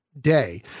day